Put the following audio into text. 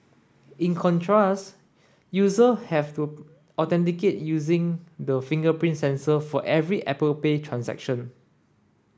in contrast user have to authenticate using the fingerprint sensor for every Apple Pay transaction